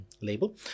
label